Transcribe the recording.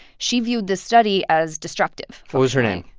she viewed this study as destructive what was her name?